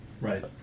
Right